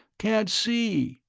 can't see